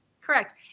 Correct